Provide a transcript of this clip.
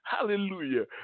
hallelujah